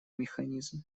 механизм